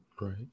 Right